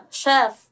chef